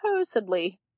supposedly